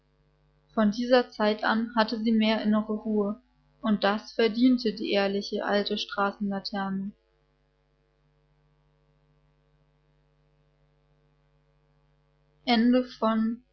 von dieser zeit an hatte sie mehr innere ruhe und das verdiente die ehrliche alte straßenlaterne